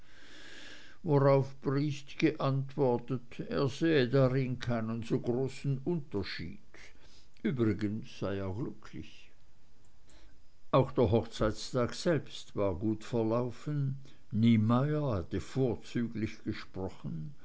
worauf briest geantwortet er sähe darin keinen so großen unterschied übrigens sei er glücklich auch der hochzeitstag selbst war gut verlaufen niemeyer hatte vorzüglich gesprochen